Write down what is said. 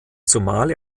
zumal